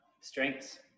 strengths